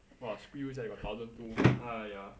!wah! screw you sia you got thousand two !aiya!